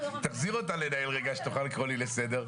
תחזיר אותה לנהל רגע, שהיא תוכל לקרוא אותי לסדר.